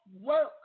work